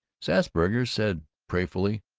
sassburger said prayerfully,